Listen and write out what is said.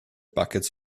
buckets